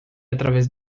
através